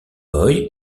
boy